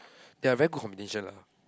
they're very good combination lah